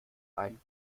ein